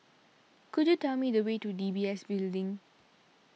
could you tell me the way to D B S Building